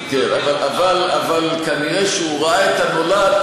אבל כנראה הוא ראה את הנולד.